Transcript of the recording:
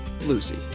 Lucy